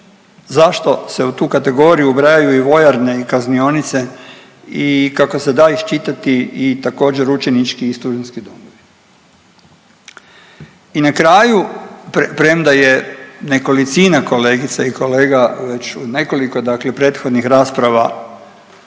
zašto se u tu kategoriju ubrajaju i vojarne i kaznionice i kako se da iščitati i također učenički i studentski domovi. I na kraju premda je nekolicina kolegica i kolege već u nekoliko dakle prethodnih rasprava